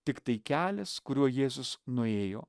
tiktai kelias kuriuo jėzus nuėjo